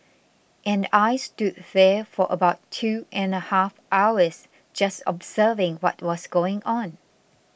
and I stood there for about two and a half hours just observing what was going on